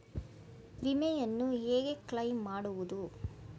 ವಿಮೆಯನ್ನು ಹೇಗೆ ಕ್ಲೈಮ್ ಮಾಡುವುದು?